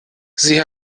sie